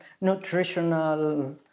nutritional